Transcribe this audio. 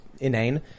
inane